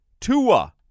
Tua